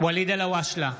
ואליד אלהואשלה,